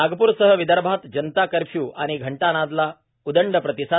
नागपूरसह विदर्भात जनता कर्फ्यू आणि घंटा नांदला उदंड प्रतिसाद